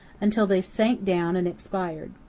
until they sank down and expired.